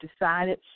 decided